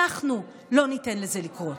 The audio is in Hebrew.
אנחנו לא ניתן לזה לקרות.